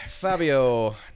Fabio